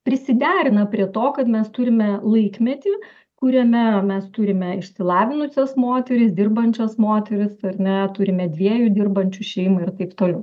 prisiderina prie to kad mes turime laikmetį kuriame mes turime išsilavinusias moteris dirbančias moteris ar ne turime dviejų dirbančių šeimą ir taip toliau